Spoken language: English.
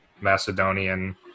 macedonian